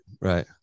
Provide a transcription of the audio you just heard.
right